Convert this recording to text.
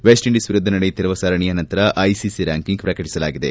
West Indies ವಿರುದ್ದ ನಡೆಯುತ್ತಿರುವ ಸರಣಿಯ ನಂತರ ಐಸಿಸಿ ರ್ಲಾಂಕಿಂಗ್ ಪ್ರಕಟಿಸಲಾಗಿದೆ